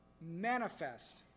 manifest